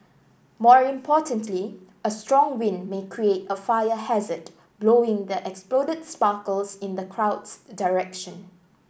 more importantly a strong wind may create a fire hazard blowing the exploded sparkles in the crowd's direction